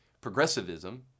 progressivism